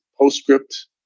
postscript